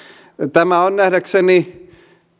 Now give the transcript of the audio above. tämä on nähdäkseni